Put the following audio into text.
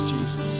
Jesus